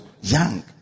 young